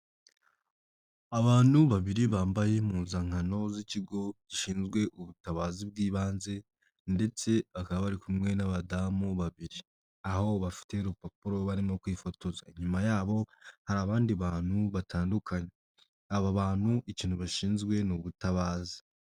Abantu babiri bambaye impuzankano z'ikigo gishinzwe ubutabazi bw'ibanze, ndetse bakaba bari kumwe n'abadamu babiri. Aho bafite urupapuro barimo kwifotoza, inyuma yaho hari abandi bantu batandukanye. Aba bantu ikintu bashinzwe ni ubutabazi.